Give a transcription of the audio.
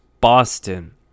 Boston